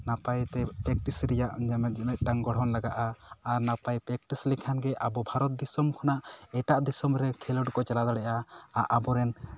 ᱱᱟᱯᱟᱭ ᱛᱮ ᱯᱨᱮᱠᱴᱤᱥ ᱨᱮᱭᱟᱜ ᱢᱤᱫᱴᱟᱝ ᱜᱚᱲᱦᱚᱱ ᱞᱟᱜᱟᱜᱼᱟ ᱟᱨ ᱱᱟᱯᱟᱭ ᱯᱮᱠᱴᱤᱥ ᱞᱮᱠᱷᱟᱱ ᱜᱮ ᱟᱵᱚ ᱵᱷᱟᱨᱚᱛ ᱫᱤᱥᱚᱢ ᱠᱷᱚᱱᱟᱜ ᱮᱴᱟᱜ ᱫᱤᱥᱚᱢ ᱨᱮ ᱠᱷᱮᱞᱳᱰ ᱠᱚ ᱪᱟᱞᱟᱣ ᱫᱟᱲᱮᱭᱟᱜᱼᱟ ᱟᱵᱚ ᱨᱮᱱ